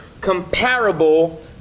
comparable